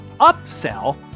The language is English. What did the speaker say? upsell